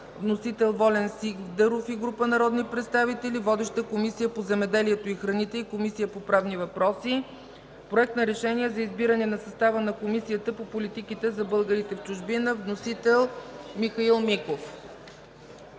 Вносител – Волен Сидеров и група народни представители. Водеща е Комисията по земеделието и храните и Комисията по правни въпроси. Проект за решение за избиране на състава на Комисията по политиките за българите в чужбина. Вносител – Михаил Миков.